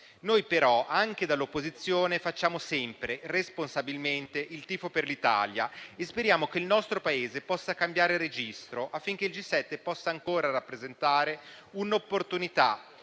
Noi, però, anche dall'opposizione, facciamo sempre responsabilmente il tifo per l'Italia e speriamo che il nostro Paese possa cambiare registro, affinché il G7 possa ancora rappresentare un'opportunità